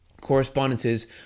Correspondences